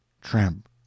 tramp